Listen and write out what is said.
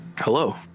Hello